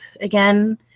again